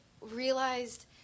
realized